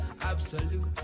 absolute